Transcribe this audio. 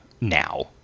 now